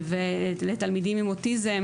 תלמידים עם אוטיזם